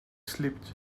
slipped